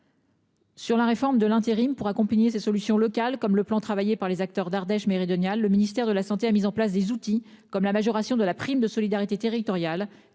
Sur la réforme de l'intérim pour accompagner ces solutions locales comme le plan travaillée par les acteurs d'Ardèche méridionale. Le ministère de la Santé a mis en place des outils comme la majoration de la prime de solidarité territoriale